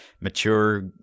mature